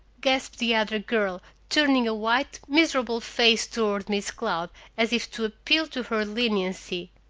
gasped the other girl, turning a white, miserable face toward miss cloud as if to appeal to her leniency.